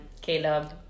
caleb